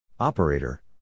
Operator